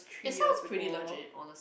it sounds pretty legit honest